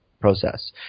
process